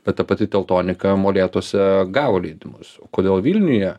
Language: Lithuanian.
bet ta pati teltonika molėtuose gavo leidimus o kodėl vilniuje